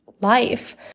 life